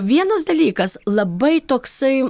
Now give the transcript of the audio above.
vienas dalykas labai toksai